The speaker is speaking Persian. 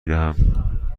دهم